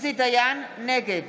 נגד